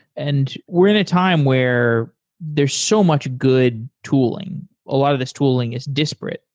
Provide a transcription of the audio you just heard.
and we're in a time where there are so much good tooling. a lot of these tooling is disparate.